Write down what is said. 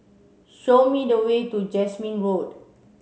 show me the way to Jasmine Road